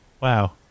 wow